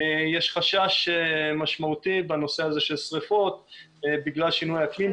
יש חשש משמעותי בנושא הזה של שריפות בגלל שינוי אקלים,